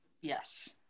Yes